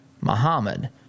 Muhammad